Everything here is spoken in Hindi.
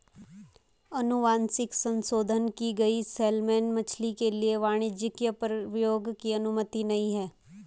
अनुवांशिक संशोधन की गई सैलमन मछली के लिए वाणिज्यिक प्रयोग की अनुमति नहीं है